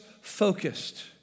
focused